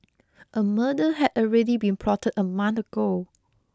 a murder had already been plotted a month ago